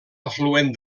afluent